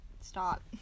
stop